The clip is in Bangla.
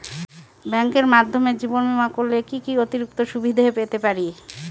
ব্যাংকের মাধ্যমে জীবন বীমা করলে কি কি অতিরিক্ত সুবিধে পেতে পারি?